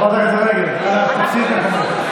חברת הכנסת רגב, אנא תפסי את מקומך.